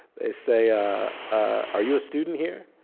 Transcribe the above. they say, ah are you a student here?